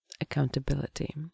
accountability